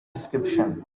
prescription